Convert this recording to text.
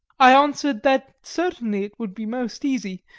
i answered that certainly it would be most easy,